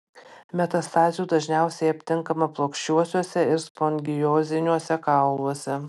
metastazių dažniausiai aptinkama plokščiuosiuose ir spongioziniuose kauluose